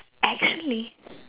actually